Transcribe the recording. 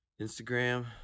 Instagram